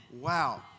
Wow